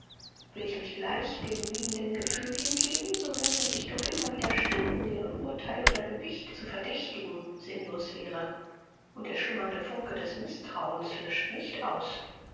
will ich mich gleich dem liebenden gefühl hingeben so melden sich doch immer wieder stimmen deren urteil oder gewicht zu verdächtigen sinnlos wäre und der schlummernde funke des mißtrauens löscht nicht aus